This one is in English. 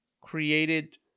created